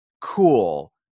cool